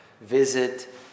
visit